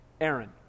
Aaron